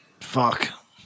Fuck